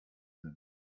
sind